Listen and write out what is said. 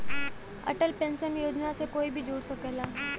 Atal pension Yojana से कोई भी जुड़ सकला